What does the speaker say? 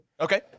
Okay